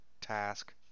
task